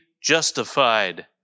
justified